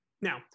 now